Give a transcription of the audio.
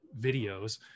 videos